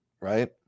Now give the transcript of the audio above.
Right